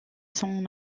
son